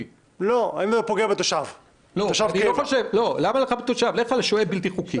לא, למה ללכת לתושב, לך לשוהה בלתי חוקי.